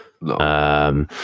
No